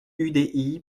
udi